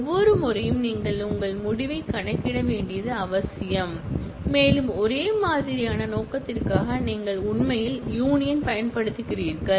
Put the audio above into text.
ஒவ்வொரு முறையும் நீங்கள் உங்கள் முடிவைக் கணக்கிட வேண்டியது அவசியமாக பெரிதாகிவிடும் மேலும் ஒரே மாதிரியான நோக்கத்திற்காக நீங்கள் உண்மையில் யூனியன் பயன்படுத்துகிறீர்கள்